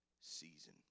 season